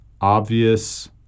obvious